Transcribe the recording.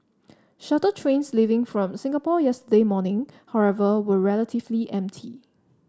shuttle trains leaving from Singapore yesterday morning however were relatively empty